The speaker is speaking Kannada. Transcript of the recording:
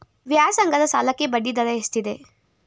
ವ್ಯಾಸಂಗದ ಸಾಲಕ್ಕೆ ಬಡ್ಡಿ ದರ ಎಷ್ಟಿದೆ?